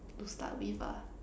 to start with lah